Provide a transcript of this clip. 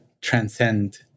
transcend